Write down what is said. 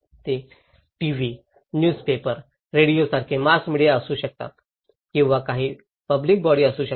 ते TV newspaper radio सारखे mass media असू शकतात किंवा काही पब्लिक बॉडी असू शकतात